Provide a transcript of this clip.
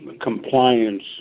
compliance